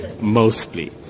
mostly